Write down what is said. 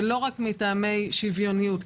ולא רק מטעמי שוויוניות,